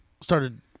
started